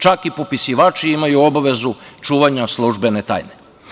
Čak i popisivači imaju obavezu čuvanja službene tajne.